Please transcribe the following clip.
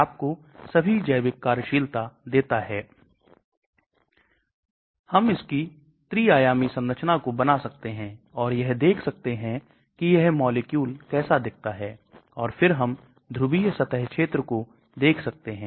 पारगम्यता membrane के माध्यम से इन मॉलिक्यूल का प्रसार है GI lipid membrane जो की अत्यधिक lipophilic है